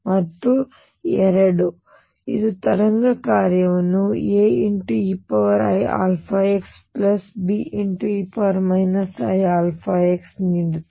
ಮತ್ತು ಎರಡು ಇದು ತರಂಗ ಕಾರ್ಯವನ್ನುAeiαxBe iαx ನೀಡುತ್ತದೆ